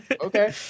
okay